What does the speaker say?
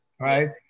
right